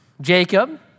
Jacob